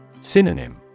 Synonym